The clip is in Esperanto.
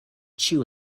ĉiu